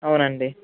అవునండి